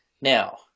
Now